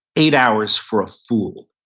eight hours for a fool.